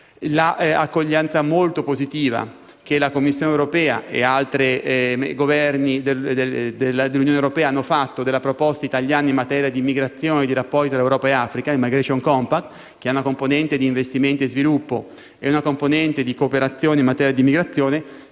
l'accoglienza molto positiva da parte della Commissione europea e di altri Governi dell'Unione europea della proposta italiana in materia di immigrazione e di rapporti tra Europa ed Africa (*immigration compact*), che ha una componente di investimenti e sviluppo e una componente di cooperazione in materia di immigrazione,